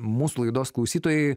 mūsų laidos klausytojai